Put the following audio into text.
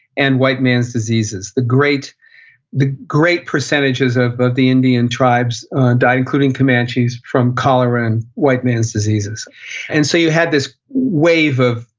and white man's diseases. the great the great percentages of but the indian tribes died, including comanches, from cholera and white man's diseases and so you had this wave of,